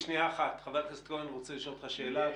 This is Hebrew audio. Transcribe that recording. חבר הכנסת כהן רוצה לשאול שאלה.